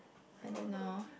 I don't know